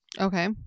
Okay